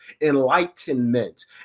enlightenment